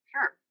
Sure